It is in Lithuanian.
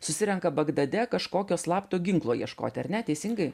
susirenka bagdade kažkokio slapto ginklo ieškoti ar ne teisingai